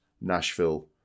Nashville